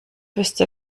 wüsste